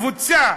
קבוצה,